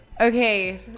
Okay